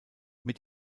mit